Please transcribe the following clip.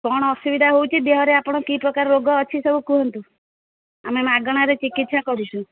କ'ଣ ଅସୁବିଧା ହେଉଛି ଦେହରେ ଆପଣ କି ପ୍ରକାର ରୋଗ ଅଛି ସବୁ କୁହନ୍ତୁ ଆମେ ମାଗଣାରେ ଚିକିତ୍ସା କରୁଛୁ